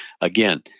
again